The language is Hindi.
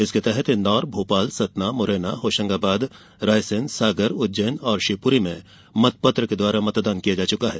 इसके अंतर्गत इंदौर भोपाल सतना मुरैना होशंगाबाद रायसेन सागर उज्जैन और शिवपुरी में मतपत्र के द्वारा मतदान किया जा चुका है